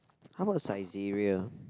how about Saizeriya